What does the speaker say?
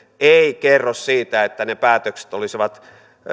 ei kerro siitä että ne päätökset olisivat